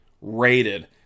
rated